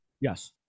Yes